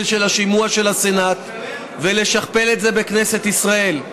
של השימוע בסנאט ולשכפל את זה בכנסת ישראל.